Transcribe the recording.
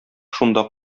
шунда